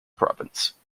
province